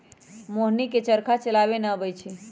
मोहिनी के चरखा चलावे न अबई छई